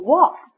Wolf